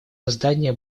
создания